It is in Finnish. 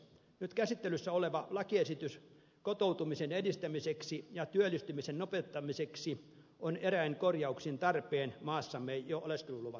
nyt käsittelyssä oleva lakiesitys kotoutumisen edistämiseksi ja työllistymisen nopeuttamiseksi on eräin korjauksin tarpeen maassamme jo oleskeluluvan saaneille